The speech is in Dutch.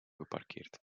geparkeerd